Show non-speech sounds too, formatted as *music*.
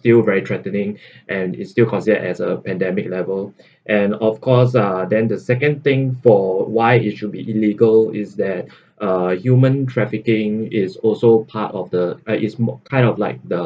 still very threatening *breath* and is still considered as a pandemic level *breath* and of course uh then the second thing for why it should be illegal is that uh human trafficking is also part of the uh is more kind of like the